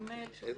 שיהיה